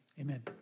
Amen